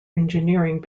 engineering